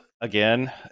again